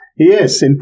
Yes